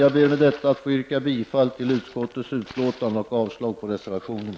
Jag vill med det anförda yrka bifall till utskottets hemställan och avslag på reservationerna.